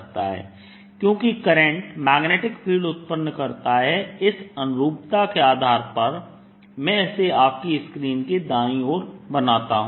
क्योंकि current magnetic field उत्पन्न करता है इस अनुरूपता के आधार पर मैं इसे आपकी स्क्रीन के दाएं ओर बनाता हूं